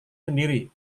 sendiri